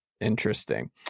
interesting